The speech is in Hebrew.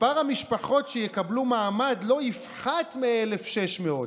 מספר המשפחות שיקבלו מעמד לא יפחת מ-1,600.